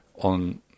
On